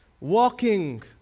walking